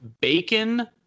bacon